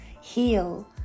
heal